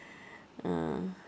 mm